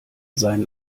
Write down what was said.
seinen